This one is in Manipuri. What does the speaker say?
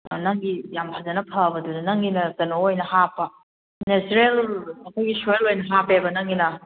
ꯅꯪꯒꯤ ꯌꯥꯝ ꯐꯖꯅ ꯐꯕꯗꯨꯗ ꯅꯪꯒꯤꯅ ꯀꯩꯅꯣ ꯑꯣꯏꯅ ꯍꯥꯞꯄ ꯅꯦꯆꯔꯦꯜ ꯑꯩꯈꯣꯏꯒꯤ ꯁꯣꯏꯜ ꯑꯣꯏꯅ ꯍꯥꯞꯄꯦꯕ ꯅꯪꯒꯤꯅ